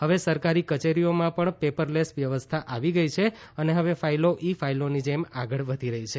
હવે સરકારી કચેરીઓમાં પણ પેપરલેસ વ્યવસ્થા આવી ગઈ છે અને ફાઈલો ઈ ફાઈલોની જેમ આગળ વધી રહી છે